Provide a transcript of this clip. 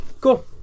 Cool